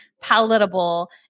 palatable